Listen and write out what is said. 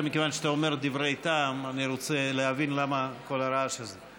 דווקא מכיוון שאתה אומר דברי טעם אני רוצה להבין למה כל הרעש הזה.